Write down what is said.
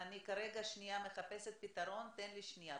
ויחד הם מתנגדים לבניית הוסטל כפתרון לדיור של אנשים שמתגוררים